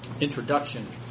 introduction